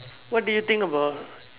what do you think about